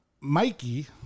Mikey